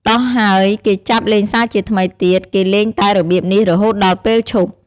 ដោះហើយគេចាប់លេងសាជាថ្មីទៀត គេលេងតែរបៀបនេះរហូតដល់ពេលឈប់។